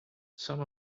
some